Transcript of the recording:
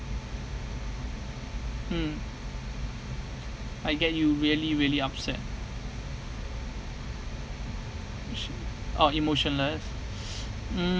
mm I get you really really upset oh emotionless mm